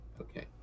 Okay